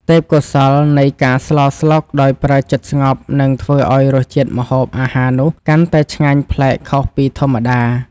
ទេពកោសល្យនៃការស្លស្លុកដោយប្រើចិត្តស្ងប់នឹងធ្វើឱ្យរសជាតិម្ហូបអាហារនោះកាន់តែឆ្ងាញ់ប្លែកខុសពីធម្មតា។